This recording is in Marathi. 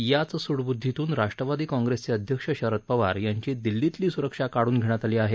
याच सुडबुद्वीतून राष्ट्रवादी काँग्रेसचे अध्यक्ष शरद पवार यांची दिल्लीतली सुरक्षा काढून घेण्यात आली आहे